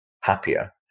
happier